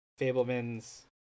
Fableman's